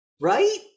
Right